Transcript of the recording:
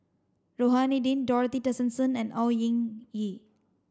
Rohani Din Dorothy Tessensohn and Au Hing Yee